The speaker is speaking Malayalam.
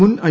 മുൻ ഐ